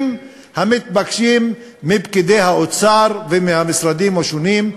המתבקשים מפקידי האוצר ומהמשרדים השונים,